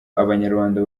abanyarwanda